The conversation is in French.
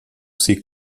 ces